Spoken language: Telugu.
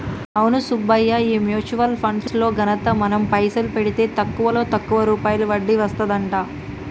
అవును సుబ్బయ్య ఈ మ్యూచువల్ ఫండ్స్ లో ఘనత మనం పైసలు పెడితే తక్కువలో తక్కువ రూపాయి వడ్డీ వస్తదంట